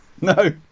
No